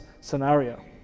scenario